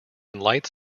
lights